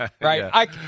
Right